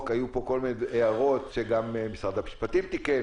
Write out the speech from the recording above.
היו פה כל מיני הערות שגם משרד המשפטים תיקן,